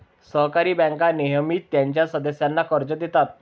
सहकारी बँका नेहमीच त्यांच्या सदस्यांना कर्ज देतात